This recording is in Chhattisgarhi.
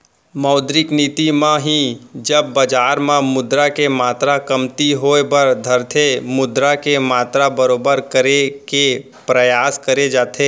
मौद्रिक नीति म ही जब बजार म मुद्रा के मातरा कमती होय बर धरथे मुद्रा के मातरा बरोबर करे के परयास करे जाथे